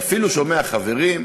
ואפילו שומע חברים,